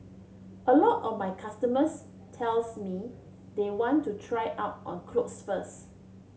a lot of my customers tells me they want to try out on clothes first